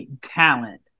talent